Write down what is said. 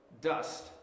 dust